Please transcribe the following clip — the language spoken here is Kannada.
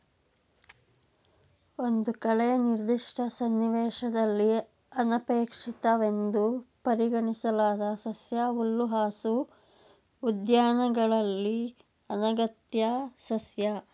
ಒಂದು ಕಳೆ ನಿರ್ದಿಷ್ಟ ಸನ್ನಿವೇಶದಲ್ಲಿ ಅನಪೇಕ್ಷಿತವೆಂದು ಪರಿಗಣಿಸಲಾದ ಸಸ್ಯ ಹುಲ್ಲುಹಾಸು ಉದ್ಯಾನಗಳಲ್ಲಿನ ಅನಗತ್ಯ ಸಸ್ಯ